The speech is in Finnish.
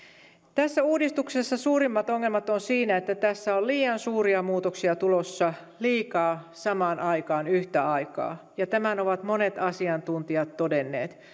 tässä uudistuksessa suurimmat ongelmat ovat siinä että tässä on liian suuria muutoksia tulossa liikaa samaan aikaan yhtä aikaa ja tämän ovat monet asiantuntijat todenneet